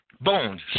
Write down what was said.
Bones